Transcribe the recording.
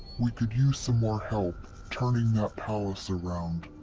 we could use some more help turning that palace around.